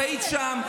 את היית שם,